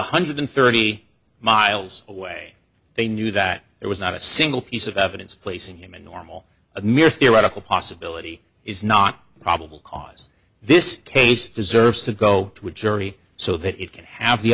one hundred and thirty miles away they knew that there was not a single piece of evidence placing him a normal a mere theoretical possibility is not probable cause this case deserves to go to a jury so that it can have the